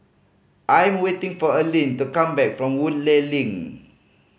I'm waiting for Alline to come back from Woodleigh Link